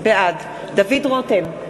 בעד דוד רותם,